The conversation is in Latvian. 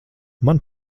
man